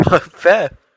Fair